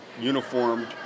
uniformed